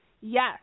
Yes